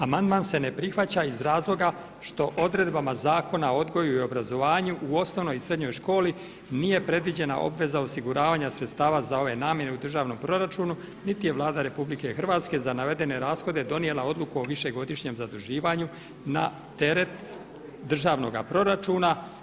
Amandman se ne prihvaća iz razloga što odredbama Zakona o odgoju i obrazovanju u osnovnoj i srednjoj školi nije predviđena obveza osiguravanja sredstava za ove namjene u državnom proračunu, niti je Vlada Republike Hrvatske za navedene rashode donijela odluku o višegodišnjem zaduživanju na teret državnoga proračuna.